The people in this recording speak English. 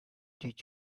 did